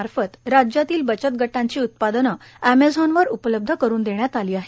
मार्फत राज्यातील बचतगटांची उत्पादने एमेझॉनवर उपलब्ध करुन देण्यात आली आहेत